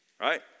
right